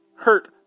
hurt